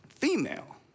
female